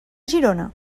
girona